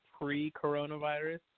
pre-coronavirus